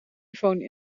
iphone